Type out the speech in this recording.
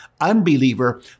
unbeliever